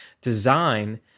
design